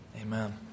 Amen